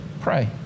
pray